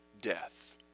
death